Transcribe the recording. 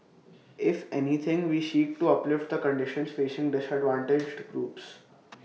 if anything we seek to uplift the conditions facing disadvantaged groups